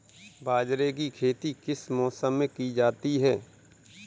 बाजरे की खेती किस मौसम में की जाती है?